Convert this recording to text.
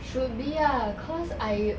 should be ah cause I